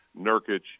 Nurkic